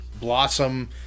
blossom